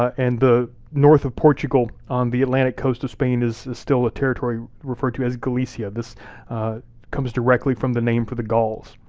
and the north of portugal, on the atlantic coast of spain is still a territory referred to as galicia. this comes directly from the name for the gauls.